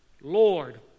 Lord